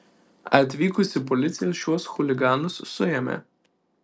atvykusi policija šiuos chuliganus suėmė